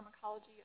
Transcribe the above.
pharmacology